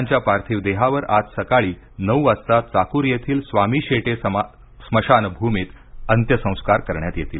त्यांच्या पार्थीवदेहावर आज सकाळी नऊ वाजता चाकूर येथील स्वामी शेटे स्मशानभूमित अंत्यसंस्कार करण्यात येतील